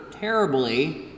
terribly